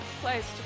place